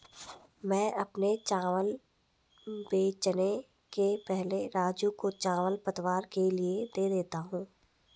मैं अपने चावल बेचने के पहले राजू को चावल पतवार के लिए दे देता हूं